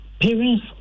parents